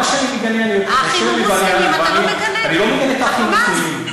מה שאני מגנה, אני לא מגנה את "האחים המוסלמים".